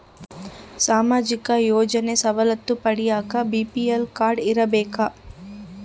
ಸಾಮಾಜಿಕ ಯೋಜನೆ ಸವಲತ್ತು ಪಡಿಯಾಕ ಬಿ.ಪಿ.ಎಲ್ ಕಾಡ್೯ ಇರಬೇಕಾ?